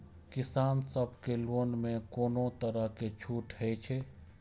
किसान सब के लोन में कोनो तरह के छूट हे छे?